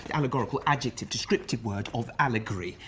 allegorical, adjective, descriptive word of allegory.